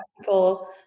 people